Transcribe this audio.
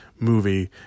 movie